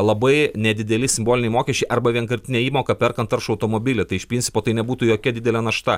labai nedideli simboliniai mokesčiai arba vienkartinė įmoka perkant taršų automobilį iš principo tai nebūtų jokia didelė našta